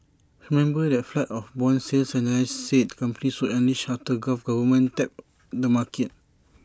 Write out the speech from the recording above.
remember that flood of Bond sales analysts said companies would unleash after gulf governments tapped the market